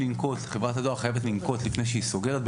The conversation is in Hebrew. חברת הדואר חייבת לנקוט לפני שהיא סוגרת,